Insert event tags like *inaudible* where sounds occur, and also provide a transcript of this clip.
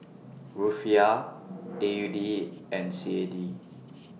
*noise* Rufiyaa *noise* A U D and C A D